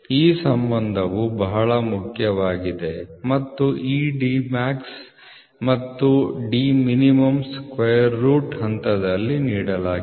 ಈ ಸಂಬಂಧವು ಬಹಳ ಮುಖ್ಯವಾಗಿದೆ ಮತ್ತು ಈ D max ಮತ್ತು min ಸ್ಕ್ವೇರ್ ರೂಟ್ ಹಂತದಲ್ಲಿ ನೀಡಲಾಗಿದೆ